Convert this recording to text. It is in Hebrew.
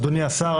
אדוני השר,